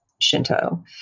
shinto